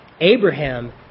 Abraham